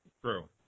True